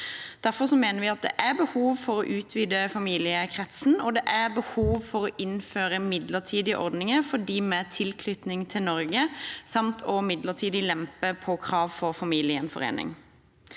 Derfor mener vi at det er behov for å utvide familiekretsen og behov for å innføre midlertidige ordninger for dem med tilknytning til Norge samt midlertidig å lempe på krav for familiegjenforening.